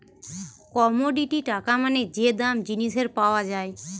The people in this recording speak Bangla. কমোডিটি টাকা মানে যে দাম জিনিসের পাওয়া যায়